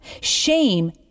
Shame